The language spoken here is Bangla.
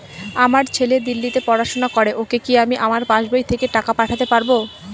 আমার ছেলে দিল্লীতে পড়াশোনা করে ওকে কি আমি আমার পাসবই থেকে টাকা পাঠাতে পারব?